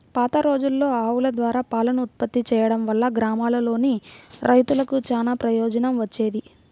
పాతరోజుల్లో ఆవుల ద్వారా పాలను ఉత్పత్తి చేయడం వల్ల గ్రామాల్లోని రైతులకు చానా ప్రయోజనం వచ్చేది